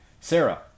Sarah